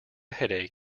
headache